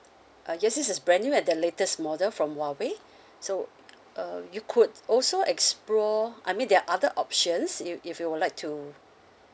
uh yes this is brand new and the latest model from Huawei so uh you could also explore I mean there are other options you if you would like to